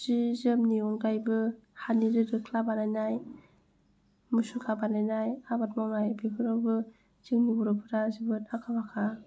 जि जोमनि अनगायैबो हानि दो दोख्ला बानायनाय मुसुखा बानायनाय आबाद मावनाय बेफोरआवबो जोंनि बर'फोरा जोबोद आखा फाखा